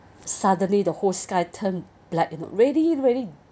suddenly the whole sky turn black and raining raining